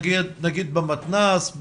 נגיד במתנ"ס,